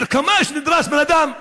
ב-10 קמ"ש נדרס בן אדם.